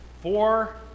four